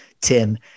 Tim